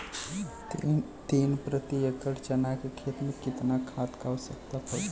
तीन प्रति एकड़ चना के खेत मे कितना खाद क आवश्यकता पड़ी?